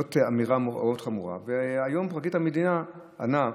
זאת אמירה מאוד חמורה, והיום פרקליט המדינה ענה